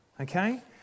Okay